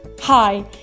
Hi